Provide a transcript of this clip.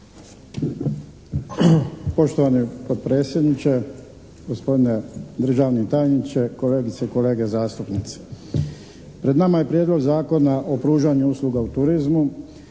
Poštovani potpredsjedniče, gospodine državni tajniče, kolegice i kolege zastupnici! Pred nama je Prijedlog zakona o pružanju usluga u turizmu